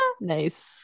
Nice